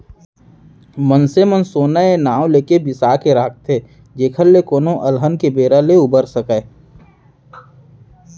मनसे मन सोना ए नांव लेके बिसा के राखथे जेखर ले कोनो अलहन के बेरा ले उबर सकय